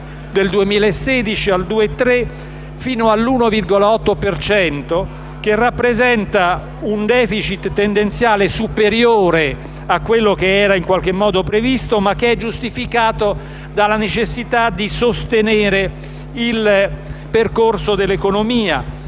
del 2016 al 2,3, fino all'1,8 per cento, che rappresenta un *deficit* tendenziale superiore a quello previsto, ma che è giustificato dalla necessità di sostenere il percorso dell'economia;